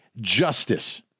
justice